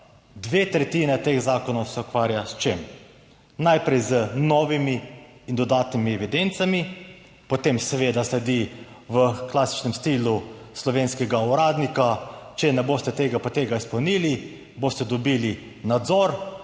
Dve tretjini teh zakonov se ukvarja s čim? Najprej z novimi in dodatnimi evidencami, potem seveda sledi v klasičnem stilu slovenskega uradnika, če ne boste tega pa tega izpolnili, boste dobili nadzor